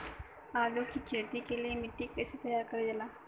आलू की खेती के लिए मिट्टी कैसे तैयार करें जाला?